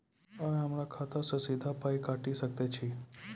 अहॉ हमरा खाता सअ सीधा पाय काटि सकैत छी?